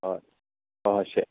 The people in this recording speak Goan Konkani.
हय हय अशें